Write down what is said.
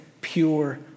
pure